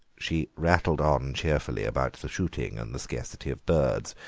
she rattled on cheerfully about the shooting and the scarcity of birds,